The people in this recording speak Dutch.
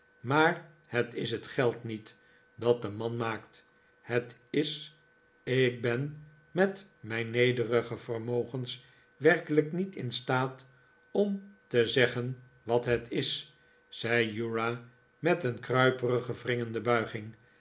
maar het is het geld niet dat den man maakt het is ik ben met mijn nederige vermogens werkelijk niet in staat om te zeggen wat het is zei uriah met een kruiperig wringende buiging